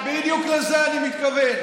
בדיוק לזה אני מתכוון.